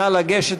נא לגשת,